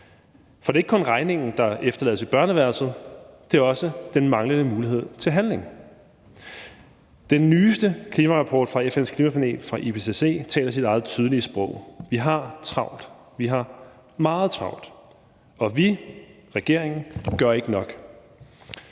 For det er ikke kun regningen, der efterlades i børneværelset, det er også den manglende mulighed for handling. Den nyeste klimarapport fra FN's klimapanel, IPCC, taler sit eget tydelige sprog. Vi har travlt, vi har meget travlt, og vi – regeringen – gør ikke nok.